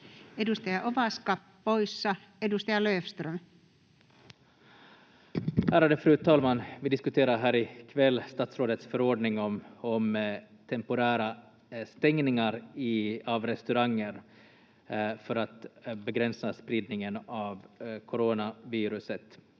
muuttamisesta Time: 18:19 Content: Ärade fru talman! Vi diskuterar här i kväll statsrådets förordning om temporära stängningar av restauranger för att begränsa spridningen av coronaviruset.